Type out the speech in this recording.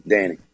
Danny